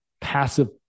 passive